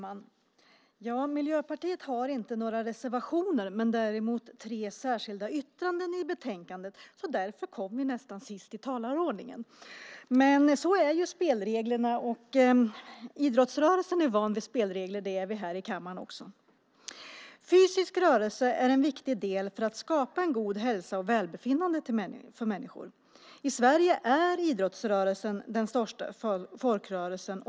Herr talman! Miljöpartiet har inte några reservationer men däremot tre särskilda yttranden i betänkandet. Därför hamnar vi nästan sist på talarlistan. Men så är spelreglerna. Idrottsrörelsen är van vid spelregler, och det är vi här i kammaren också. Fysisk rörelse är en viktig del för att skapa en god hälsa och välbefinnande för människor. I Sverige är idrottsrörelsen den största folkrörelsen.